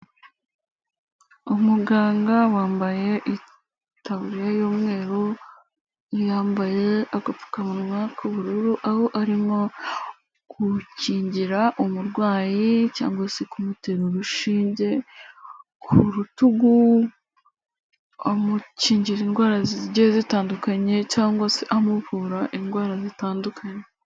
Umuganga wambaye itaburiya y'umweru, yambaye agapfukamunwa k'ubururu aho arimo gukingira umurwayi cyangwa se kumutera urushinge ku rutugu, amukingira indwara zigiye zitandukanye cyangwa se amuvura indwara zitandukanye.